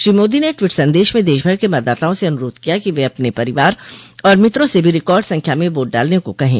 श्री मोदी ने ट्वीट संदेश में देशभर के मतदाताओं से अनुरोध किया कि वे अपने परिवार और मित्रों से भी रिकॉर्ड संख्या में वोट डालने को कहें